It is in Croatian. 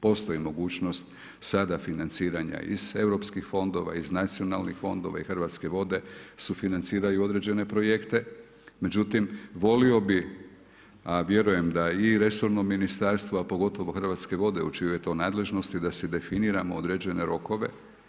Postoji mogućnost sada financiranja iz europskih fondova, iz nacionalnih fondova i Hrvatske vode sufinanciraju određene projekte, međutim volio bi, a vjerujem da i resorno ministarstvo, a pogotovo Hrvatske vode u čijoj je to nadležnosti da si definiramo određene rokove.